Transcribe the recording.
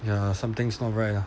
ya something's not right lah